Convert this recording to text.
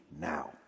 now